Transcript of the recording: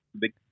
big